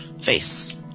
face